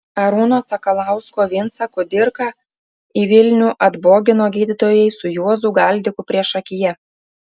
arūno sakalausko vincą kudirką į vilnių atbogino gydytojai su juozu galdiku priešakyje